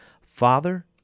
Father